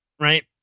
Right